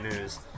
news